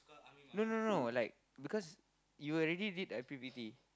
no no no like because you already did I_P_P_T